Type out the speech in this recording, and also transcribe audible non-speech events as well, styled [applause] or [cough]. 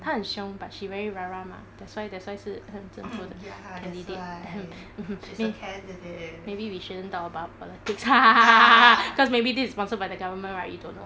她很凶 but she very rah-rah mah that's why that's why 是 err hmm 政府的 candidate err hmm mmhmm may maybe we shouldn't talk about politics [laughs] cause maybe this is sponsored by the government right we don't know